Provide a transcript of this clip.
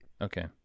Okay